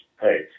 hey